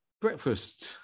breakfast